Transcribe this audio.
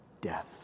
death